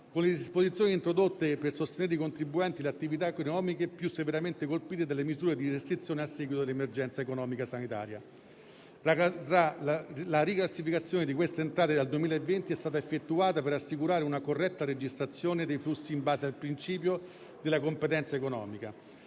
con le disposizioni introdotte per sostenere i contribuenti e le attività economiche più severamente colpiti dalle misure di restrizione a seguito dell'emergenza economica sanitaria. La riclassificazione di queste entrate dal 2020 è stata effettuata per assicurare una corretta registrazione dei flussi in base al principio della competenza economica,